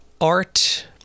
art